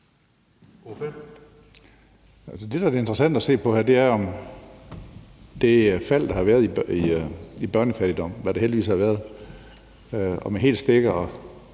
Det, der er interessant at se på her, er det fald, der har været i børnefattigdom – hvad der heldigvis har været, og jo altid